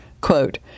quote